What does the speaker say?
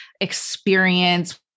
experience